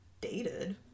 dated